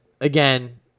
again